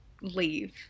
leave